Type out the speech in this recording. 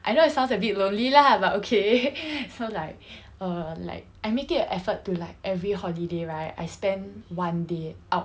I know it sounds a bit lonely lah but okay so like uh like I make it an effort to like every holiday right I spend one day out